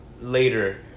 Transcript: later